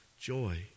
joy